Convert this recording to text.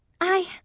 I—